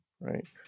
Right